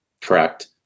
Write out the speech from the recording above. correct